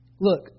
look